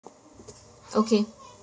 okay